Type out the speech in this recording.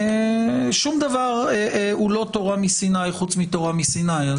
שום דבר הוא לא תורה מסיני חוץ מתורה מסיני.